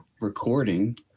recording